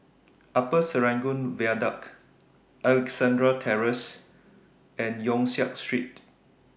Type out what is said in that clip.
Upper Serangoon Viaduct Alexandra Terrace and Yong Siak Street